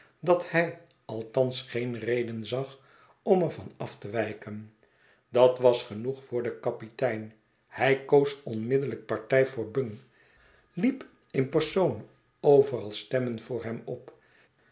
dat hi althans geen reden zagom er van af te wijken dat was genoeg voor den kapitein hij koos onmiddellijk party voor bung liep in persoon overal sternmen voor hem op